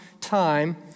time